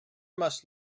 must